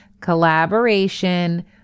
collaboration